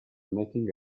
making